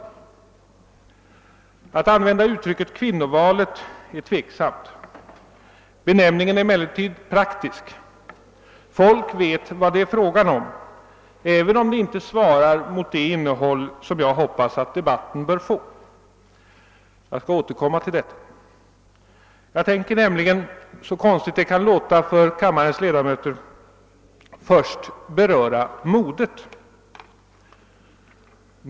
Men att använda uttrycket kvinnovalet är egentligen litet missvisande, även om benämningen är praktisk. Människor vet nämligen vad det då är fråga om, även om benämningen inte svarar mot det innehåll som jag hoppas att debatten kommer att få. Jag skall återkomma till den saken. Jag tänker nämligen, hur konstigt det än kan låta för kammarens ledamöter, först beröra modet.